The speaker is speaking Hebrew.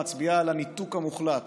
מצביעה על הניתוק המוחלט